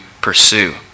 pursue